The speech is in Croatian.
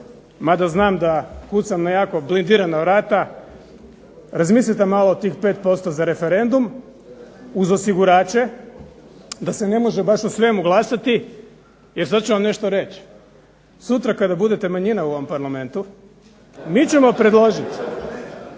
mada znam da kucam na jako blindirana vrata. Razmislite malo o tih 5% za referendum uz osigurače da se ne može baš o svemu glasati. Jer sad ću vam nešto reći. Sutra kada budete manjina u ovom Parlamentu mi ćemo predložiti